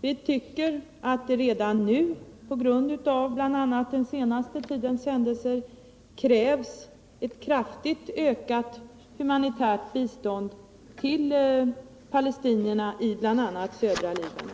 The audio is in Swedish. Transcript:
Vi tycker att det redan nu, bl.a. på grund av den senaste tidens händelser, krävs en kraftig höjning av det humanitära biståndet till palestinierna i bl.a. södra Libanon.